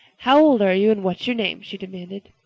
how old are you and what's your name? she demanded.